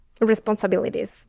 responsibilities